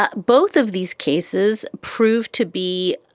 ah both of these cases proved to be.